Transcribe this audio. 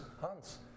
Hans